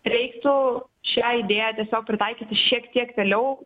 reiktų šią idėją tiesiog pritaikyti šiek tiek vėliau